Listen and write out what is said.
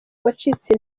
wacitse